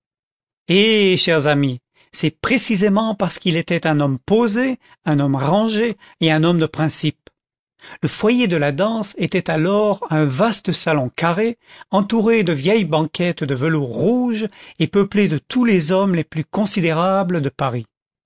eh chers amis c'est précisément parce qu'il était un homme posé un homme rangé et un homme de principes le foyer de la danse était alors un vaste salon carré entouré de vieilles banquettes de velours rouge et peuplé de tous les hommes les plus considérables de paris